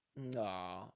No